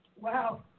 Wow